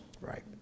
Right